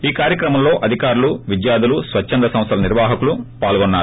ఈ కార్యక్రమంలో అధికారులు విద్యార్థులు స్వచ్చంద సంస్థల నిర్వాహకులు పాల్గొన్నారు